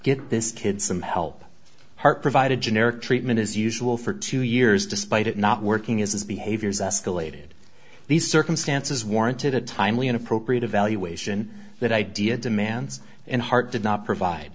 get this kid some help heart provide a generic treatment as usual for two years despite it not working as his behaviors escalated the circumstances warranted a timely and appropriate evaluation that idea demands and heart did not provide